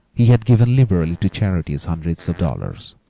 he had given liberally to charities hundreds of dollars,